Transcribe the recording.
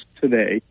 today